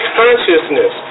consciousness